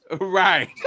right